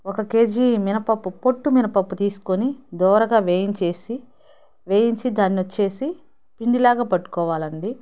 ఒక కేజీ మినపప్పు పొట్టు మినపప్పు తీసుకొని దోరగా వేయించేసి వేయించి దాన్ని వచ్చేసి పిండిలాగా పట్టుకోవాలండి